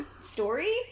story